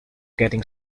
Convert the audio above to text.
getting